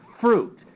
fruit